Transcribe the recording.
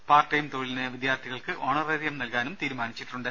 part time തൊഴിലിന് വിദ്യാർത്ഥികൾക്ക് honorarium നൽകാനും തീരുമാനിച്ചിട്ടുണ്ട്